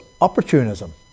opportunism